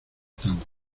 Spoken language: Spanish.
tanto